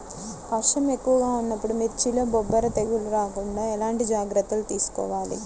వర్షం ఎక్కువగా ఉన్నప్పుడు మిర్చిలో బొబ్బర తెగులు రాకుండా ఎలాంటి జాగ్రత్తలు తీసుకోవాలి?